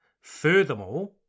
Furthermore